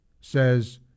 says